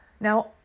Now